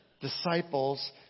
Disciples